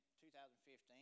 2015